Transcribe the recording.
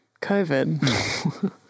COVID